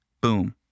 Boom